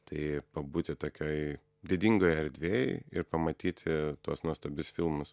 tai pabūti tokioj didingoj erdvėj ir pamatyti tuos nuostabius filmus